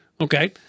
okay